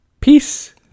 peace